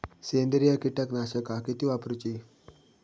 सेंद्रिय कीटकनाशका किती वापरूची?